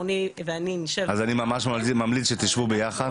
אורני ואני --- אני ממש ממליץ שתשבו ביחד,